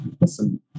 Listen